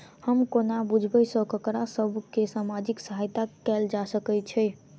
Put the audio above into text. हम कोना बुझबै सँ ककरा सभ केँ सामाजिक सहायता कैल जा सकैत छै?